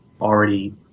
already